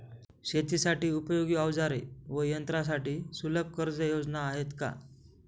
शेतीसाठी उपयोगी औजारे व यंत्रासाठी सुलभ कर्जयोजना आहेत का?